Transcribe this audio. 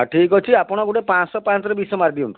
ଆ ଠିକ୍ ଅଛି ଆପଣ ଗୋଟେ ପାଞ୍ଚଶହ ପାଞ୍ଚରେ ବିଷ ମାରିଦିଅନ୍ତୁ